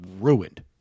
ruined